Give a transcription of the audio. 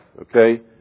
okay